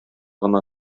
гына